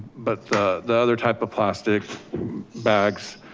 but the the other type of plastic bags,